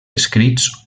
escrits